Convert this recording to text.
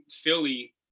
Philly